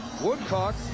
Woodcock